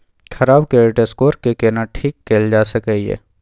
खराब credit score के केना ठीक कैल जा सकै ये?